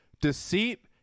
deceit